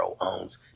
owns